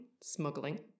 smuggling